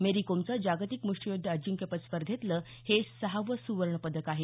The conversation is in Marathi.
मेरीकोमचं जागतिक मुष्टियुद्ध अजिंक्यपद स्पर्धेतलं हे सहावं सुवर्ण पदक आहे